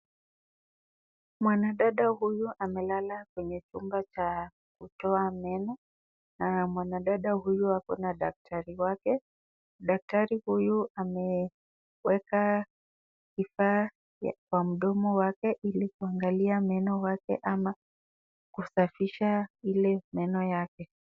Mwanadada huyu amelala kwenye chumba cha kutoa meno, na mwanadada huyu ako na daktari wake. Daktari huyu ameweka kifaa kwa mdomo wake ili kuangalia meno wake ama kusafisha meno ile meno yake.